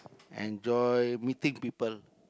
enjoy meeting people